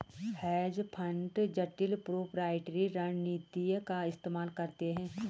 hedge fund जटिल proprietary रणनीतियों का इस्तेमाल करते हैं